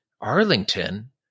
Arlington